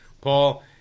Paul